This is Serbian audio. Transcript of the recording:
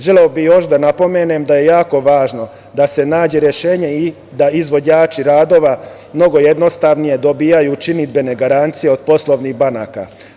Želeo bih još da napomenem da je jako važno da se nađe rešenje i da izvođači radova mnogo jednostavnije dobijaju činidbene garancije od poslovnih banaka.